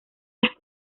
las